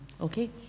Okay